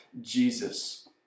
Jesus